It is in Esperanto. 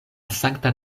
sankta